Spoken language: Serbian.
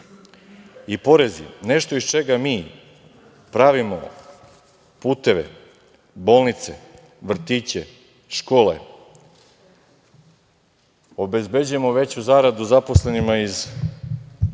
i porezi nešto iz čega mi pravimo puteve, bolnice, vrtiće, škole, obezbeđujemo veću zaradu zaposlenima iz uprave